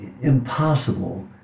impossible